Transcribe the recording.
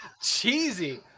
Cheesy